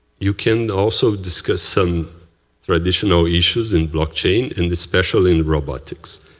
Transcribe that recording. you can also discuss some traditional issues in blockchain, and especially in robotics.